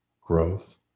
growth